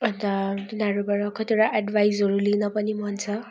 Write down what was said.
अन्त तिनीहरूबाट कतिवटा एडभाइजहरू लिन पनि मन छ